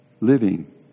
Living